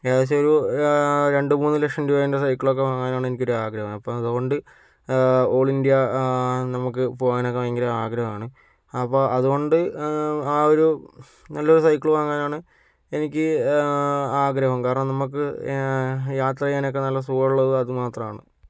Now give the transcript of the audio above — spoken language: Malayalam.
ഏകദേശം ഒരു രണ്ടു മൂന്നു ലക്ഷം രൂപേൻ്റെ സൈക്കിളൊക്കെ വാങ്ങാൻ ആണ് എനിക്കൊരു ആഗ്രഹം അപ്പോൾ അതുകൊണ്ട് ഓൾ ഇന്ത്യ നമുക്ക് പോവാൻ ഒക്കെ ഭയങ്കര ആഗ്രഹമാണ് അപ്പോൾ അതുകൊണ്ട് ആ ഒരു നല്ലൊരു സൈക്കിൾ വാങ്ങാൻ ആണ് എനിക്ക് ആഗ്രഹം കാരണം നമുക്ക് യാത്ര ചെയ്യാനൊക്കെ സുഖമുള്ളത് അതുമാത്രമാണ്